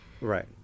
Right